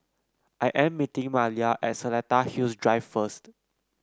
I am meeting Maleah at Seletar Hills Drive first